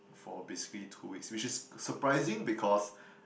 for basically two weeks which is surprising because